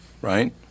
right